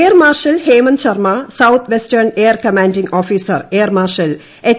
air marshal Hemant Sharma south western air commanding officer air marshal H